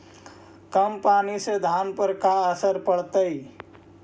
कम पनी से धान पर का असर पड़तायी?